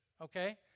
okay